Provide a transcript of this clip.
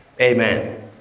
Amen